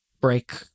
break